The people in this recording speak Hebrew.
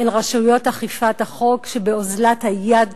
אל רשויות אכיפת החוק, שבאוזלת היד שלהם,